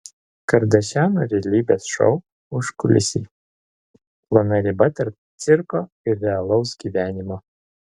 kardašianų realybės šou užkulisiai plona riba tarp cirko ir realaus gyvenimo